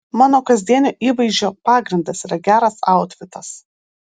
mano kasdienio įvaizdžio pagrindas yra geras autfitas